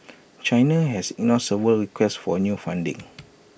China has ignored several requests for new funding